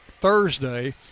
Thursday